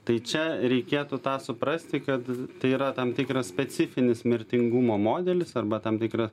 tai čia reikėtų tą suprasti kad tai yra tam tikras specifinis mirtingumo modelis arba tam tikra